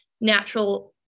natural